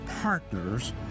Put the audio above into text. partners